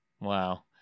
Wow